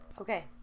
Okay